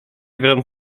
wierzą